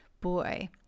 Boy